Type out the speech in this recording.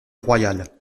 royal